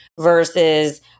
versus